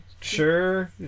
sure